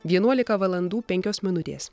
vienuolika valandų penkios minutės